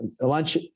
lunch